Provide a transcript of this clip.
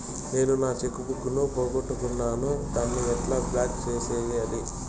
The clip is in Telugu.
నేను నా చెక్కు బుక్ ను పోగొట్టుకున్నాను దాన్ని ఎట్లా బ్లాక్ సేయాలి?